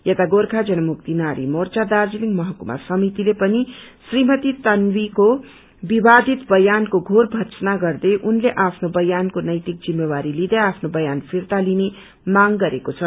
यता गोर्खा जनमुक्ति नारी मोर्चा दार्जीलिङ महकुमा समितिले पनि श्रीमती तान्वीको विवादित बयानको घोर र्भत्सना गर्दै एनले आफ्नो बयानको नैतिक जिम्मेवी दिँदै आफ्नो बयान फिर्ता लिने मांग गरेको छ